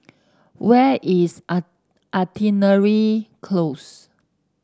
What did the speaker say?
where is Artillery Close